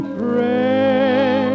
pray